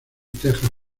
texas